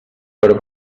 per